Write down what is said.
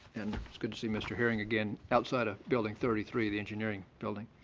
and it's good to see mr. herring again outside of building thirty three, the engineering building.